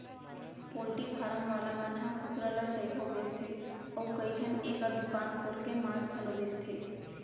poultry farm वाला मन ह कुकरा ल सइघो बेचथें अउ कइझन एकर दुकान खोल के मांस घलौ बेचथें